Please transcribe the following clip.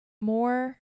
more